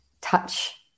touch